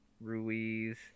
Ruiz